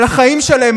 על החיים שלהם,